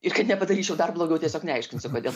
ir kad nepadaryčiau dar blogiau tiesiog neaiškinsiu kodėl